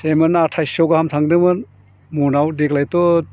सेमोन आथाइस्स' गाहाम थांदोंमोन म'नआव देग्लायथ'